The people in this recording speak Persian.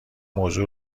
موضوع